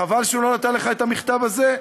חבל שהוא לא נתן לך את המכתב הזה.